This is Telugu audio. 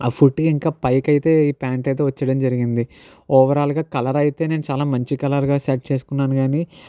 ఆ ఫుట్ ఇంకా ఫుట్ పైకైతే ఈ ప్యాంట్ అయితే వచ్చేయడం జరిగింది ఓవరాల్ గా కలర్ అయితే నేను చాలా మంచి కలర్ గా సెట్ చేసుకున్నాను కానీ